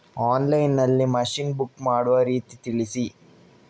Online ನಲ್ಲಿ machine book ಮಾಡುವ ರೀತಿ ತಿಳಿಸಿ?